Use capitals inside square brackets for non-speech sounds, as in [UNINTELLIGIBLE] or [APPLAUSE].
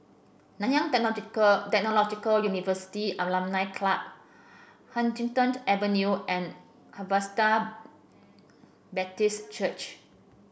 Nanyang [UNINTELLIGIBLE] Technological University Alumni Club Huddington Avenue and Harvester Baptist Church